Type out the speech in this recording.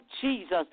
Jesus